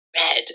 red